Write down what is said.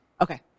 Okay